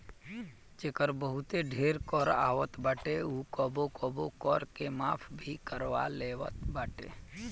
जेकर बहुते ढेर कर आवत बाटे उ कबो कबो कर के माफ़ भी करवा लेवत बाटे